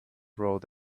rode